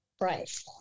Right